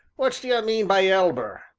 what d'ye mean by elber?